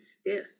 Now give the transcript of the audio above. stiff